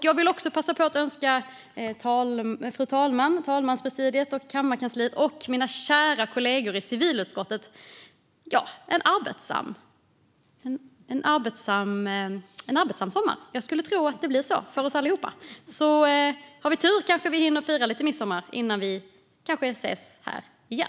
Jag vill också passa på att önska fru talmannen, talmanspresidiet, kammarkansliet och mina kära kollegor i civilutskottet en, ja, arbetsam sommar. Jag skulle tro att det blir så för oss allihop. Har vi tur kanske vi hinner fira lite midsommar innan vi ses här igen.